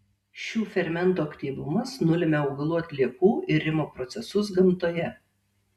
šių fermentų aktyvumas nulemia augalų atliekų irimo procesus gamtoje